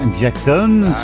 Jackson